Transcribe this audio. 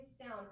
sound